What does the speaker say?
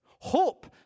Hope